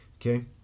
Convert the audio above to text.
okay